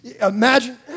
imagine